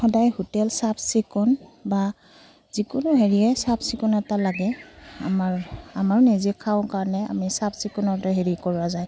সদায় হোটেল চাফ চিকুণ বা যিকোনো হেৰিয়ে চাফ চিকুণ এটা লাগে আমাৰ আমাৰো নিজে খাওঁ কাৰণে আমি চাফ চিকুণতে হেৰি কৰা যায়